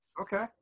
Okay